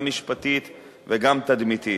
גם משפטית וגם תדמיתית.